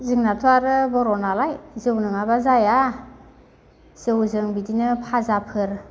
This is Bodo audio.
जोंनाथ' आरो बर'नालाय जौ नङाब्ला जाया जौजों बिदिनो फाजाफोर